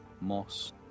moss